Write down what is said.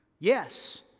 Yes